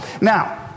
Now